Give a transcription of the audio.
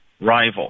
rival